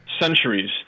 centuries